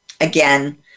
Again